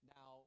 Now